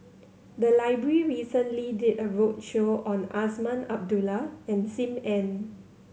the library recently did a roadshow on Azman Abdullah and Sim Ann